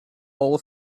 all